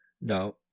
Now